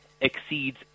exceeds